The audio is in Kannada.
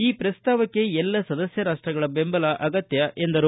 ಈ ಪ್ರಸ್ತಾವಕ್ಕೆ ಎಲ್ಲ ಸದಸ್ಯ ರಾಷ್ಟಗಳ ಬೆಂಬಲ ಅಗತ್ಯ ಎಂದರು